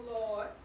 Lord